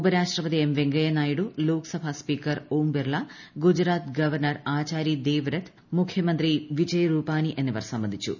ഉപരാഷ്ട്രപതി M Venkaiah Naidu Lok Sabha speaker Om Birla Gujarat governor Acharya Devvrat മുഖ്യമന്ത്രി വിജയ് രൂപാനി എന്നിവർ സംബന്ധിച്ചു